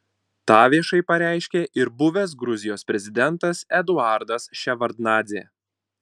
tą viešai pareiškė ir buvęs gruzijos prezidentas eduardas ševardnadzė